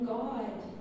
God